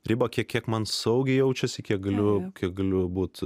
ribą kiek kiek man saugiai jaučiasi kiek galiu galiu būt